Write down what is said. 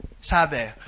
Sabe